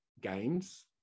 games